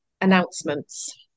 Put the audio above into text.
announcements